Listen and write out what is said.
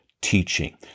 teaching